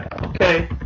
Okay